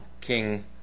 King